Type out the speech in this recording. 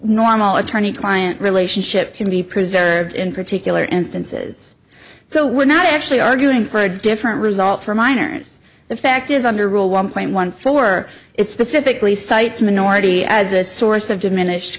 normal attorney client relationship can be preserved in particular instances so we're not actually arguing for a different result for minors the fact is under rule one point one four it specifically cites minority as a source of diminished